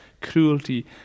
cruelty